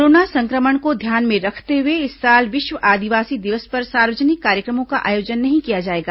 corona संक्रमण को ध्यान में रखते हुए इस साल विश्व आदिवासी दिवस पर सार्वजनिक कार्यक्रमों का आयोजन नहीं किया जाएगा